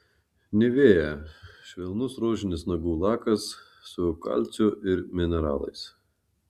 nivea švelnus rožinis nagų lakas su kalciu ir mineralais